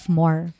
more